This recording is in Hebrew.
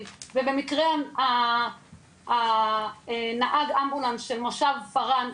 ובמקרה נהג האמבולנס של מושב פארן,